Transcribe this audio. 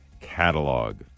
catalog